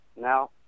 now